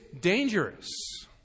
dangerous